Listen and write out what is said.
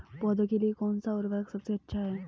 पौधों के लिए कौन सा उर्वरक सबसे अच्छा है?